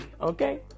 Okay